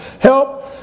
help